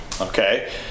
Okay